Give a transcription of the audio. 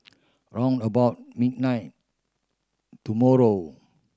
round about midnight tomorrow